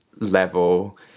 level